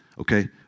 Okay